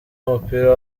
w’umupira